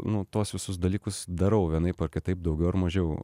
nu tuos visus dalykus darau vienaip ar kitaip daugiau ar mažiau